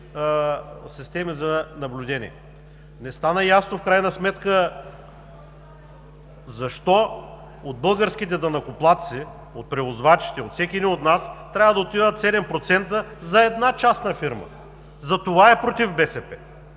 системи за наблюдение? Не стана ясно в крайна сметка: защо от българските данъкоплатци, от превозвачите, от всеки един от нас трябва да отиват 7% за една частна фирма? Затова е против БСП.